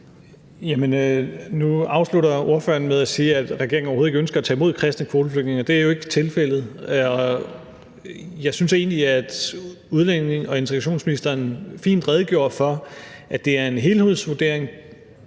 nu afslutter spørgeren med at sige, at regeringen overhovedet ikke ønsker at tage imod kristne kvoteflygtninge, og det er jo ikke tilfældet. Og jeg synes egentlig, at udlændinge- og integrationsministeren fint redegjorde for, at det er en helhedsvurdering,